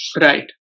Right